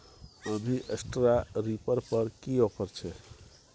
अभी straw reaper पर की ऑफर छै?